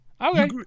Okay